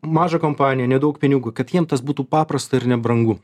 maža kompanija nedaug pinigų kad jiem tas būtų paprasta ir nebrangu